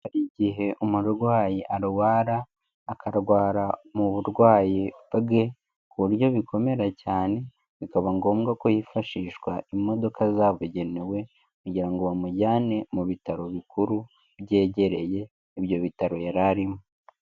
Igihe umurwayi arwara, akarwara mu burwayi bwe, ku buryo bikomera cyane bikaba ngombwa ko yifashishwa imodoka zabugenewe, kugira ngo bamujyane mu bitaro bikuru byegereye ibyo bitaro yarimo.